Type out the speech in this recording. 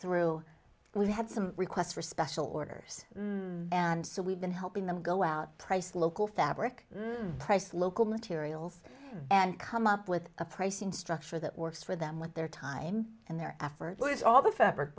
through we had some requests for special orders and so we've been helping them go out price local fabric price local materials and come up with a pricing structure that works for them with their time and their effort was all the fabric